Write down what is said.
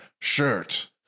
shirt